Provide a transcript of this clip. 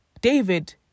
david